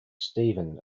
stephen